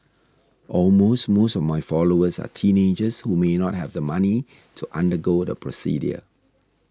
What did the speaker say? all most most of my followers are teenagers who may not have the money to undergo the procedure